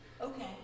Okay